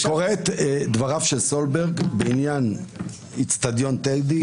אני קורא את דבריו של סולברג בעניין אצטדיון טדי,